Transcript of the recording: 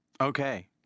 okay